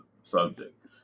subject